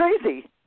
crazy